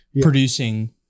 producing